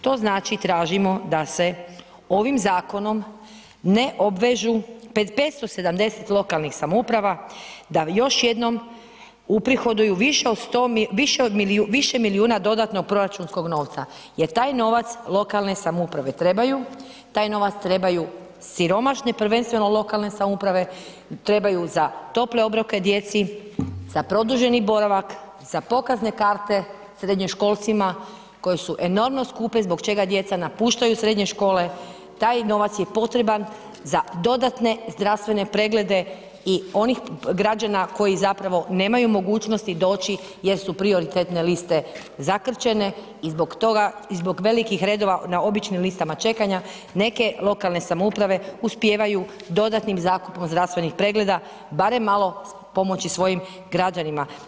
To znači tražimo da se ovim zakonom ne obvežu 570 lokalnih samouprava da još jednom uprihoduju više milijuna dodatnog proračunskog novca jer taj novac lokalne samouprave trebaju, taj novac trebaju siromašne, prvenstveno lokalne samouprave, trebaju za tople obroke djeci, za produženi boravak, za pokazne karte srednjoškolcima koje su enormno skupe zbog čega djeca napuštaju srednje škole, taj novac je potreban za dodatne zdravstvene preglede i onih građana koji zapravo nemaju mogućnosti doći jer su prioritetne liste zakrčene i zbog toga i zbog velikih redova na običnim listama čekanja neke lokalne samouprave uspijevaju dodatnim zakupom zdravstvenih pregleda barem malo pomoći svojim građanima.